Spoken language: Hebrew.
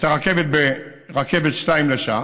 את הרכבת בשתיים לשעה,